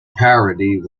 parody